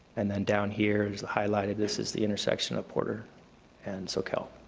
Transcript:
and then down here is the highlight, and this is the intersection of porter and soquel.